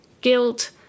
guilt